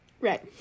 Right